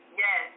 yes